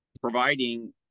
providing